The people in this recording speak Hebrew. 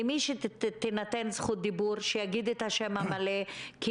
למי שתינתן זכות דיבור שיגיד את השם המלא והתפקיד